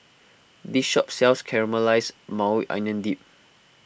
this shop sells Caramelized Maui Onion Dip